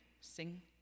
Sing